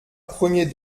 premier